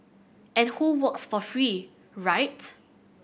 and who works for free right